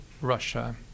Russia